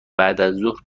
بعدازظهر